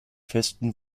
festem